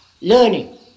learning